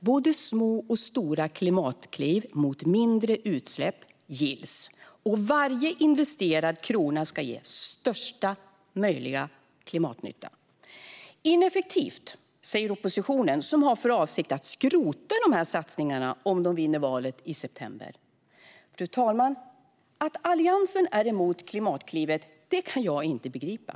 Både små och stora klimatkliv mot mindre utsläpp gills, och varje investerad krona ska ge största möjliga klimatnytta. Ineffektivt, säger oppositionen, som har för avsikt att skrota satsningarna om de vinner valet i september. Fru talman! Att Alliansen är emot Klimatklivet kan jag inte begripa.